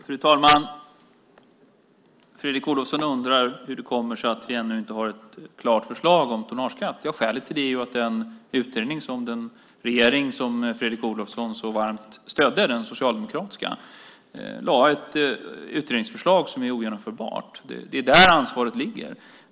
Fru talman! Fredrik Olovsson undrar hur det kommer sig att vi ännu inte har ett klart förslag om tonnageskatt. Skälet är att den utredning som den socialdemokratiska regering som Fredrik Olovsson så varmt stödde lade fram ett utredningsförslag som är ogenomförbart. Det är där som ansvaret ligger.